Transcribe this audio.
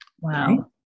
Wow